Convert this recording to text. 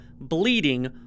bleeding